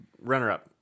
Runner-up